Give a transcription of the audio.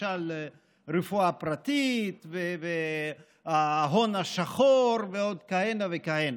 למשל רפואה פרטית וההון השחור ועוד כהנה וכהנה.